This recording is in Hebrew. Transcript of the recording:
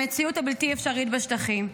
המציאות הבלתי-אפשרית בשטחים,